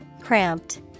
Cramped